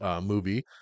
movie